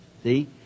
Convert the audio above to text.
See